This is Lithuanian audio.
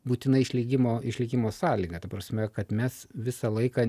būtina išlikimo išlikimo sąlyga ta prasme kad mes visą laiką